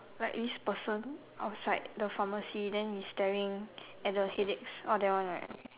like this person outside the pharmacy then he staring at the headaches oh that one right